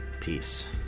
Peace